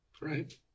right